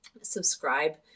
subscribe